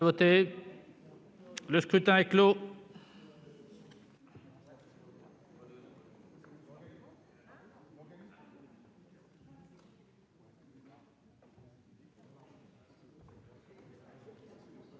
Le scrutin est clos.